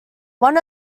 one